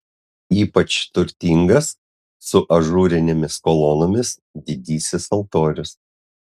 ypač turtingas su ažūrinėmis kolonomis didysis altorius